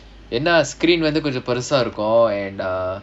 ஏனா:yaenaa screen வந்து கொஞ்சம் பெருசா இருக்கும்:vandhu konjam perusaa irukkum and uh